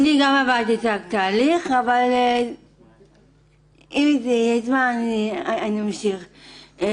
אני גם עבדתי על תהליך אבל אם יהיה זמן אני אמשיך.